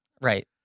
Right